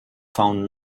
found